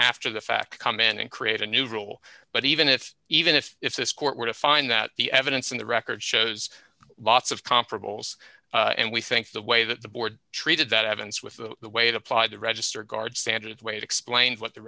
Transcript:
after the fact come in and create a new rule but even if even if if this court were to find that the evidence in the record shows lots of comparables and we think the way that the board treated that evidence with the way it applied the register guards standard way to explain what the